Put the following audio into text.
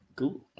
Cool